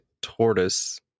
tortoise